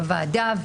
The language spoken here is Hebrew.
בוועדה,